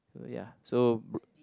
so ya so